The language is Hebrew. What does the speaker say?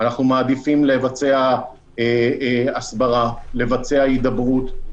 אנחנו מעדיפים לבצע הסברה, לבצע הידברות.